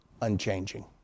unchanging